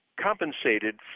compensated